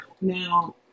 now